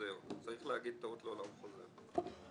אנחנו